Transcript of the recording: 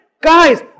guys